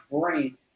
brain